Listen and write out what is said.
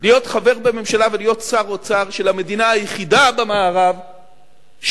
להיות חבר בממשלה ולהיות שר האוצר של המדינה היחידה במערב שמשקיעה,